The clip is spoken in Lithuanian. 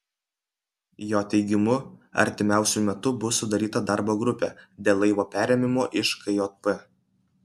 jo teigimu artimiausiu metu bus sudaryta darbo grupė dėl laivo perėmimo iš kjp